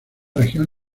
región